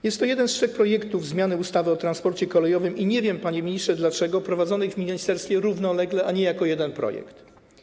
Jest to jeden z trzech projektów zmiany ustawy o transporcie kolejowym i nie wiem, panie ministrze, dlaczego są one procedowane w ministerstwie równolegle, a nie jako jeden projekt.